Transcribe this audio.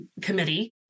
Committee